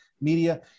media